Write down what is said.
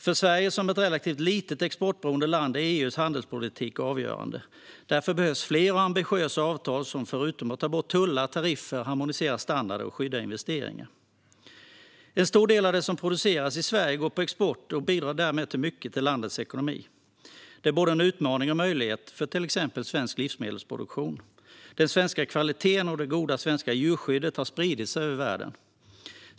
För Sverige, som ett relativt litet exportberoende land, är EU:s handelspolitik avgörande. Därför behövs fler och ambitiösa avtal som förutom att ta bort tullar och tariffer harmoniserar standarder och skyddar investeringar. En stor del av det som produceras i Sverige går på export och bidrar därmed i hög grad till landets ekonomi. Detta är både en utmaning och en möjlighet för till exempel svensk livsmedelsproduktion. Den svenska kvaliteten och det goda svenska djurskyddet har spridit sig över världen.